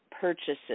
purchases